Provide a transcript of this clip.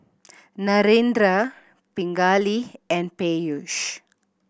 Narendra Pingali and Peyush